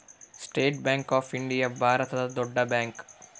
state bank of India ಭಾರತದ ದೊಡ್ಡ bank